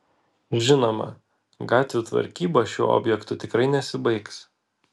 žinoma gatvių tvarkyba šiuo objektu tikrai nesibaigs